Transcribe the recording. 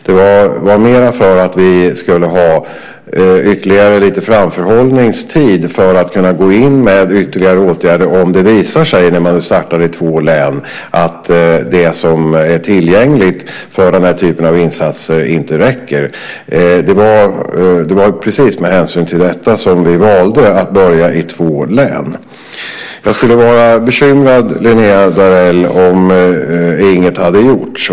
Det var för att vi skulle ha ytterligare lite framförhållningstid för att kunna gå in med ytterligare åtgärder om det visar sig, när man nu startar i två län, att det som är tillgängligt för den här typen av insatser inte räcker. Det var precis med hänsyn till detta som vi valde att börja i två län. Jag skulle vara bekymrad, Linnéa Darell, om inget hade gjorts.